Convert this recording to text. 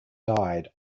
died